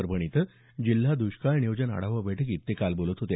परभणी इथं जिल्हा द्ष्काळ नियोजन आढावा बैठकीत ते काल बोलत होते